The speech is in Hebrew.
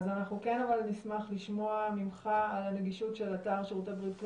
אבל אנחנו כן נשמח לשמוע ממך על הנגישות של אתר שירותי בריאות כללית,